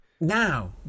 now